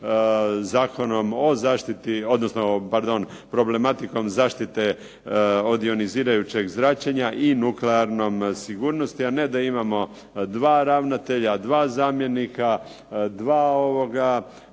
Zakonom o zaštiti, odnosno pardon problematikom zaštite od ionizirajućeg zračenja i nuklearnom sigurnosti, a ne da imamo dva ravnatelja, dva zamjenika, dva